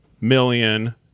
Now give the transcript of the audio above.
million